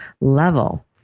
level